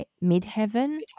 mid-heaven